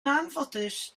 anffodus